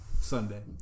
Sunday